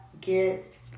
get